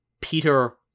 Peter